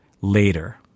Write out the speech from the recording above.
later